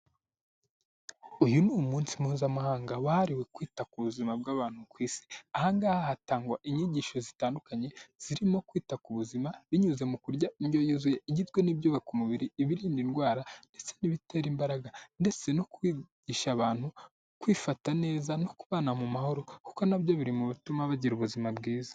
Uyu ni umunsi mpuzamahanga wahariwe kwita ku buzima bw'abantu ku isi. Ahangaha hatangwa inyigisho zitandukanye zirimo kwita ku buzima binyuze mu kurya indyo yuzuye igizwe n'ibyubaka umubiri, ibirinda indwara ndetse n'ibitera imbaraga ndetse no kwigisha abantu kwifata neza no kubana mu mahoro kuko nabyo biri mu bituma bagira ubuzima bwiza.